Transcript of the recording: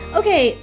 okay